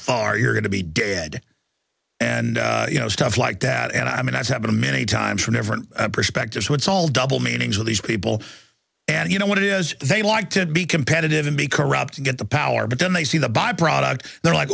far you're going to be dead and you know stuff like that and i mean that's happened many times from different perspectives to it's all double meanings for these people and you know what it is they like to be competitive and be corrupt to get the power but then they see the byproduct they're like